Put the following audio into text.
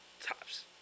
Tops